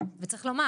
וצריך לומר.